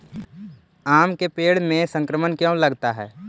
आम के पेड़ में संक्रमण क्यों लगता है?